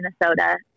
Minnesota